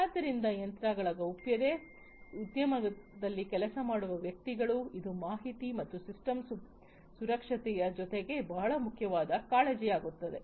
ಆದ್ದರಿಂದ ಯಂತ್ರಗಳ ಗೌಪ್ಯತೆ ಉದ್ಯಮದಲ್ಲಿ ಕೆಲಸ ಮಾಡುವ ವ್ಯಕ್ತಿಗಳು ಇದು ಮಾಹಿತಿ ಮತ್ತು ಸಿಸ್ಟಮ್ ಸುರಕ್ಷತೆಯ ಜೊತೆಗೆ ಬಹಳ ಮುಖ್ಯವಾದ ಕಾಳಜಿಯಾಗುತ್ತದೆ